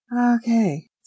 okay